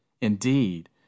Indeed